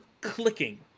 clicking